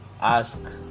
Ask